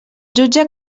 jutge